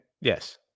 Yes